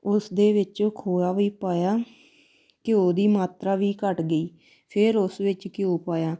ਉਸ ਦੇ ਵਿੱਚ ਖੋਇਆ ਵੀ ਪਾਇਆ ਘਿਓ ਦੀ ਮਾਤਰਾ ਵੀ ਘਟ ਗਈ ਫਿਰ ਉਸ ਵਿੱਚ ਘਿਓ ਪਾਇਆ